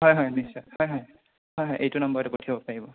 হয় হয় নিশ্চয় হয় হয় হয় হয় এইটো নম্বৰতে পঠিয়াব পাৰিব